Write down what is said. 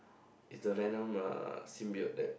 is the venom uh sin build that